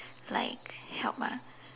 like help ah